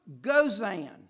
Gozan